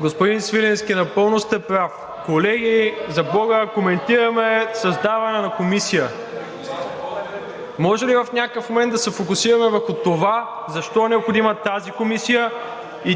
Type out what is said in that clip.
Господин Свиленски, напълно сте прав. Колеги, за бога, коментираме създаване на комисия. Може ли в някакъв момент да се фокусираме върху това защо е необходима тази комисия?